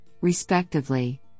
respectively